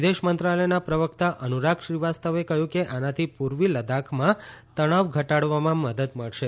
વિદેશ મંત્રાલયના પ્રવક્તા અનુરાગ શ્રીવાસ્તવે કહ્યું કે આનાથી પૂર્વી લદ્દાખમાં તણાવ ઘટાડવામાં મદદ મળશે